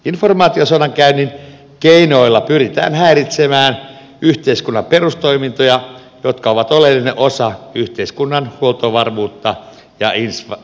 informaatiosodankäynnin keinoilla pyritään häiritsemään yhteiskunnan perustoimintoja jotka ovat oleellinen osa yhteiskunnan huoltovarmuutta ja infrastruktuuria